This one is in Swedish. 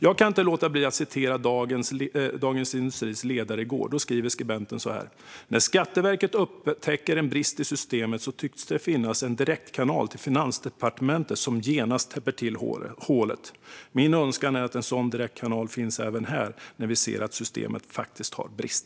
Jag kan inte låta bli att citera ur en ledare som Dagens industri publicerade i veckan: "När Skatteverket upptäcker en brist i systemet så tycks det finnas en direktkanal till finansdepartementet som genast täpper till hålet." Min önskan är att en sådan direktkanal skulle finnas även här, när vi ser att systemet har brister.